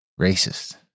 racist